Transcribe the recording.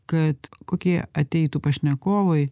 kad kokie ateitų pašnekovai